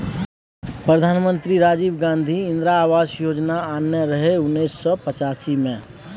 प्रधानमंत्री राजीव गांधी इंदिरा आबास योजना आनने रहय उन्नैस सय पचासी मे